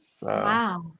Wow